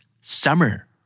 summer